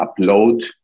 upload